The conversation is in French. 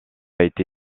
été